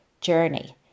journey